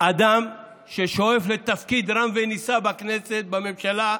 אדם ששואף לתפקיד רם ונישא בכנסת, בממשלה,